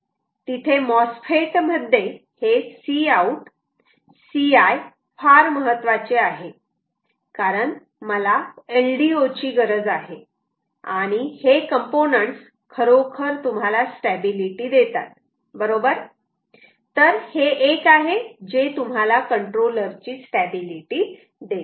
तिथे MOSFET मध्ये हे Cout Ci फार महत्त्वाचे आहे कारण मला LDO ची गरज आहे आणि हे कॉम्पोनंट्स खरोखर तुम्हाला स्टॅबिलिटी देतात बरोबर तर हे एक आहे जे तुम्हाला कंट्रोलर ची स्टॅबिलिटी देते